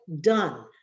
done